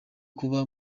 kuba